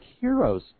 heroes